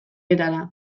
erara